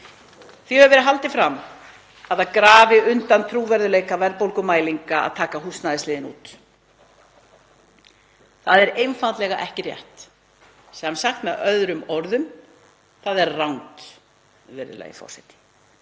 „Því hefur verið haldið fram að það grafi undan trúverðugleika verðbólgumælinga að taka húsnæðisliðinn út. Það er einfaldlega ekki rétt.“ — Með öðrum orðum þá er það rangt, virðulegi forseti.